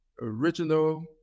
original